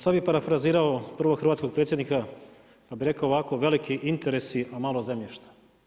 Sada bih parafrazirao prvog hrvatskog predsjednik pa bih rekao ovako, veliki interesi a malo zemljišta.